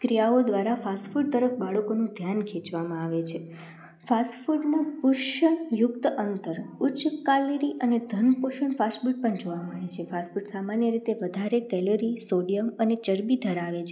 ક્રિયાઓ દ્વારા ફાસ્ટફૂડ તરફ બાળકોનું ધ્યાન ખેંચવામાં આવે છે ફાસ્ટફૂડમાં પોષણયુક્ત અંતર ઉચ્ચ કાલેરી અને ધન પોષણ ફાસ્ટફૂડ પણ જોવા મળે છે ફાસ્ટફૂડ સામાન્ય રીતે વધારે કેલેરી સોડિયમ અને ચરબી ધરાવે છે